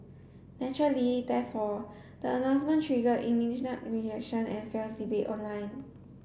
naturally therefore the announcement triggered immediate reaction and fierce debate online